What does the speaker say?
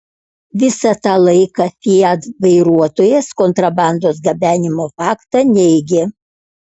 visą tą laiką fiat vairuotojas kontrabandos gabenimo faktą neigė